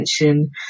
attention